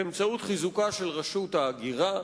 באמצעות חיזוקה של רשות ההגירה,